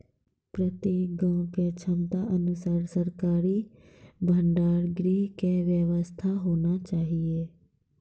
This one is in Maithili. प्रत्येक गाँव के क्षमता अनुसार सरकारी भंडार गृह के व्यवस्था होना चाहिए?